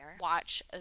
watch